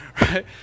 right